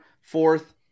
fourth